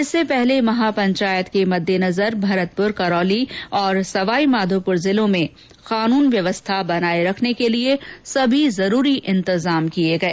इससे पहले महापंचायत के मद्देनजर भरतपुर करौली और सवाईमाधोपुर जिलों में कानून व्यवस्था बनाये रखने के लिए सभी जरूरी इन्तजाम किए गए